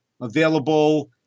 available